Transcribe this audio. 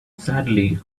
sadly